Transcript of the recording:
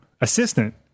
Assistant